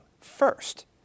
first